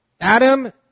Adam